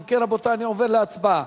אם כן, רבותי, אני עובר להצבעה.